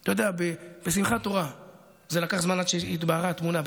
אתה יודע, בשמחת תורה לקח זמן עד שהתבהרה התמונה.